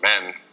men